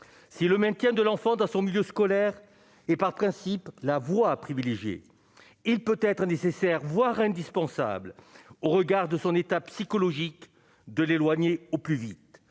si le maintien de l'enfant dans son milieu scolaire et par principe, la voie privilégiée, il peut être nécessaire, voire indispensable, au regard de son état psychologique de l'éloigner au plus vite,